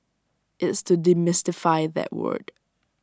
it's to demystify that word